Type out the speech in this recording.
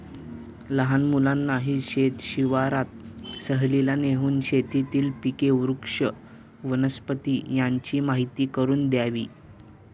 लहान मुलांनाही शेत शिवारात सहलीला नेऊन शेतातील पिके, वृक्ष, वनस्पती यांची माहीती करून द्यावी